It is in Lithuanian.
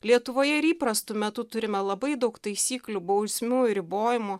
lietuvoje ir įprastu metu turime labai daug taisyklių bausmių ribojimų